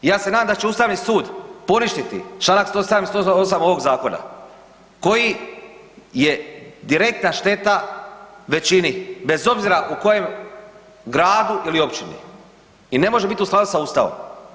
Ja se nadam da će Ustavni sud poništiti Članak 107. i 108. ovog zakona koji je direktna šteta većini bez obzira u kojem gradu ili općini i ne može biti u skladu sa Ustavom.